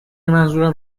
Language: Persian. منظورم